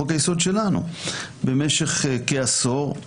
בחוק היסוד שלנו, במשך כעשור,